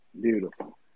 Beautiful